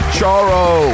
Charo